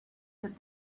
that